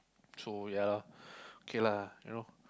so ya okay lah you know